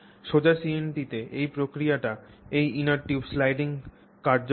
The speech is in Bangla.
সোজা CNT তে এই প্রক্রিয়াটি এই intertube sliding কার্যক্ষম